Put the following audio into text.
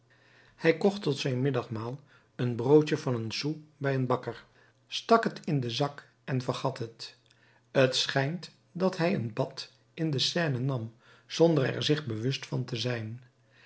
hij kocht tot zijn middagmaal een broodje van een sou bij een bakker stak het in den zak en vergat het het schijnt dat hij een bad in de seine nam zonder er zich bewust van te zijn